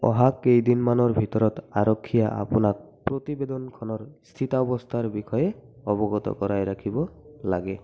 অহা কেইদিনমানৰ ভিতৰত আৰক্ষীয়ে আপোনাক প্ৰতিবেদনখনৰ স্থিতাৱস্থাৰ বিষয়ে অৱগত কৰাই ৰাখিব লাগে